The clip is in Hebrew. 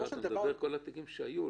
--- אתה מדבר על כל התיקים שהיו,